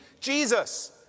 Jesus